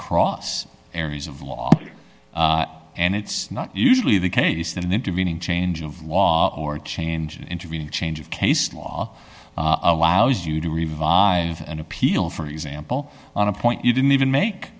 across areas of law and it's not usually the case that an intervening change of law or change an intervening change of case law allows you to revive an appeal for example on a point you didn't even make